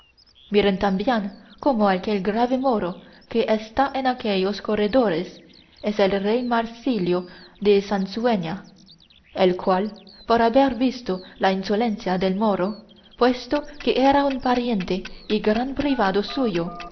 maleficio miren también cómo aquel grave moro que está en aquellos corredores es el rey marsilio de sansueña el cual por haber visto la insolencia del moro puesto que era un pariente y gran privado suyo